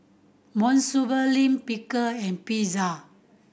Monsunabe Lime Pickle and Pizza